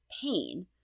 pain